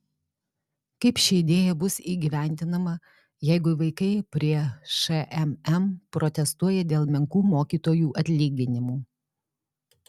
kaip ši idėja bus įgyvendinama jeigu vaikai prie šmm protestuoja dėl menkų mokytojų atlyginimų